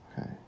Okay